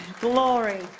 glory